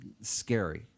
scary